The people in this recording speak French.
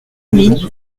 huit